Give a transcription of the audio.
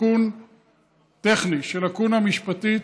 תיקון טכני של לקונה משפטית,